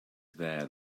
there